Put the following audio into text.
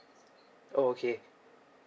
oh okay